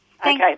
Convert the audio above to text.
Okay